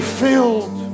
filled